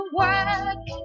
work